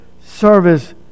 service